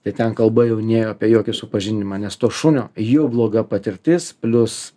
tai ten kalba jau nėjo apie jokį supažindinimą nes to šunio jau bloga patirtis plius